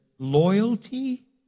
Loyalty